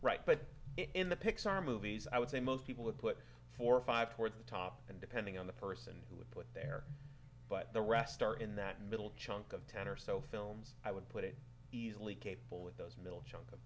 right but in the pixar movies i would say most people would put four or five towards the top and depending on the person who would put there but the rest are in that middle chunk of ten or so films i would put it easily capable of those mi